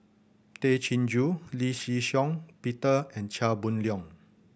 Tay Chin Joo Lee Shih Shiong Peter and Chia Boon Leong